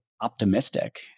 optimistic